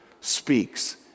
speaks